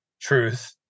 truth